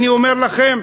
אני אומר לכם,